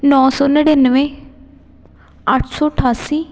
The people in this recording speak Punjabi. ਨੌ ਸੌ ਨੜਿਨਵੇਂ ਅੱਠ ਸੌ ਅਠਾਸੀ